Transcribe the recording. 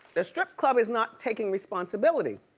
the strip club is not taking responsibility,